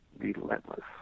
relentless